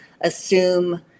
assume